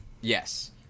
Yes